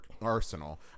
arsenal